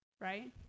right